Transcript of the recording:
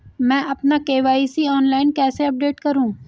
मैं अपना KYC online कैसे अपडेट करूँ?